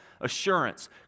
assurance